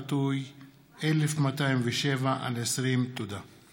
אז עכשיו מגיע